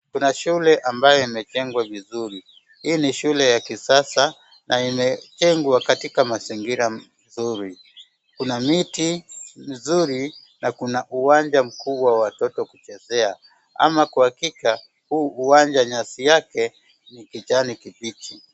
Kuna shule ambaye imejengwa vizuri. Hii ni shule ya kisasa na imejengwa katika mazingira nzuri. Kuna miti nzuri na kuna uwanja mkuu wa watoto kuchezea ama kwa hakika huu uwanja nyasi yake ni kijani kimbichi.